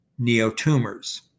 neotumors